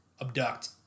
abduct